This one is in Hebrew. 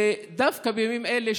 דווקא בימים אלה,